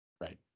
Right